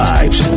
Vibes